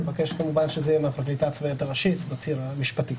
אני מבקש כמובן שזה יהיה מהפרקליטה הצבאית הראשית בציר המשפטי.